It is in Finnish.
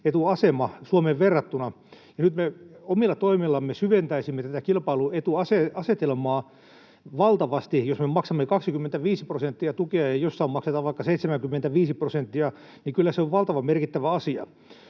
kilpailuetuasema Suomeen verrattuna. Ja nyt me omilla toimillamme syventäisimme tätä kilpailuetuasetelmaa valtavasti: jos me maksamme 25 prosenttia tukea ja jossain maksetaan vaikka 75 prosenttia, niin kyllä se on valtavan merkittävä asia.